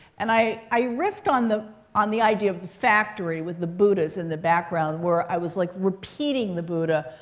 and i i riffed on the on the idea of the factory with the buddhas in the background, where i was like repeating the buddha.